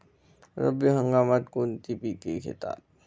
रब्बी हंगामात कोणती पिके घेतात?